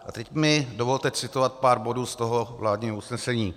A teď mi dovolte citovat pár bodů z toho vládního usnesení.